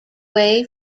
way